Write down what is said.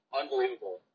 unbelievable